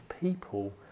people